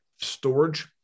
storage